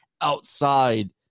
outside